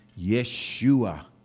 Yeshua